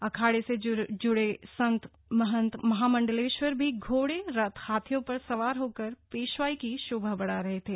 अखाड़े से जुड़े संत महंत महामंडलेश्वर भी घोड़े रथ हाथियों पर सवार होकर पेशवाई की शोभा बढ़ा रहे थे